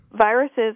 Viruses